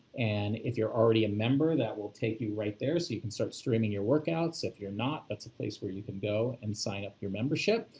and if you're already a member, that will take you right there, so you can start streaming your workouts. if you're not, that's a place where you can go and sign up your membership.